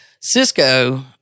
Cisco